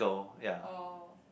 oh